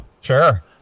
sure